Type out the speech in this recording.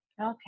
Okay